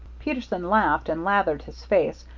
peterson laughed, and lathered his face,